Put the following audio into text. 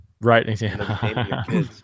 right